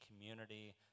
community